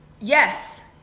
Yes